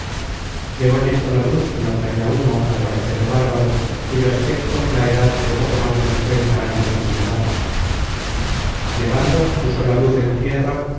llegó en esto la luz que la traia uno al parecer bárbaro cuyo aspecto la edad de poco más de cincuenta años le señalaba llegando puso la luz en tierra